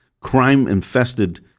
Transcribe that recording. crime-infested